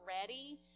ready